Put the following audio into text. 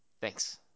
Thanks